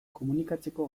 komunikatzeko